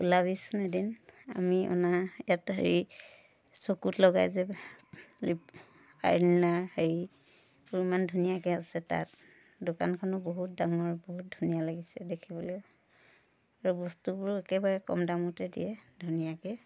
উলাবিচোন এদিন আমি অনা ইয়াত হেৰি চকুত লগায় যে লিপ আইলাইনাৰ হেৰি সেইবোৰ ইমান ধুনীয়াকৈ আছে তাত দোকানখনো বহুত ডাঙৰ বহুত ধুনীয়া লাগিছে দেখিবলৈ আৰু বস্তুবোৰো একেবাৰে কম দামতে দিয়ে ধুনীয়াকৈ